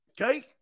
Okay